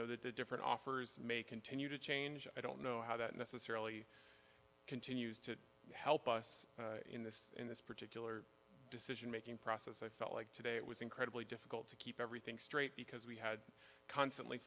that the different offers may continue to change i don't know how that necessarily continues to help us in this in this particular decision making process i felt like today it was incredibly difficult to keep everything straight because we had constantly